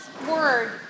Word